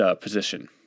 position